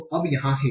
तो अब यहाँ है